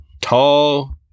tall